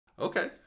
Okay